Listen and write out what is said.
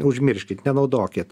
užmirškit nenaudokit